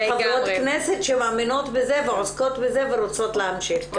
חברות כנסת שמאמינות בזה ועוסקות בזה ורוצות להמשיך כמוך.